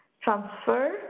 transfer